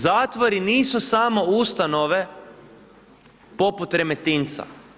Zatvori nisu samo ustanove poput Remetinca.